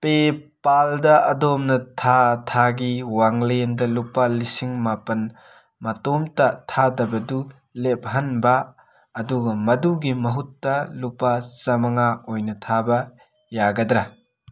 ꯄꯦꯄꯥꯜꯗ ꯑꯗꯣꯝꯅ ꯊꯥ ꯊꯥꯒꯤ ꯋꯥꯡꯂꯦꯟꯗ ꯂꯨꯄꯥ ꯂꯤꯁꯤꯡ ꯃꯥꯄꯟ ꯃꯇꯣꯝꯇ ꯊꯥꯗꯕꯗꯨ ꯂꯦꯞꯍꯟꯕ ꯑꯗꯨꯒ ꯃꯗꯨꯒꯤ ꯃꯍꯨꯠꯇ ꯂꯨꯄꯥ ꯆꯥꯃꯉꯥ ꯑꯣꯏꯅ ꯊꯥꯕ ꯌꯥꯒꯗꯔꯥ